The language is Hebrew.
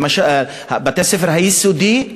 למשל בתי-הספר היסודיים,